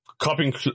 Copying